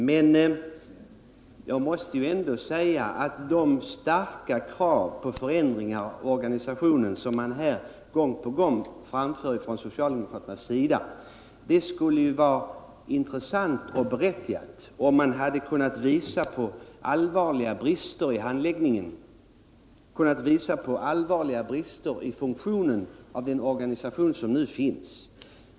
Men jag måste ändå säga att de starka krav på förändringar av organisationen som man gång på gång framför från socialdemokraternas sida skulle ju vara intressanta och berättigade, om man hade kunnat visa på allvarliga brister i handläggningen och i funktionen hos den organisation som nu finns.